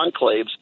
enclaves